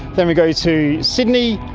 then we go to sydney,